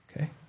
okay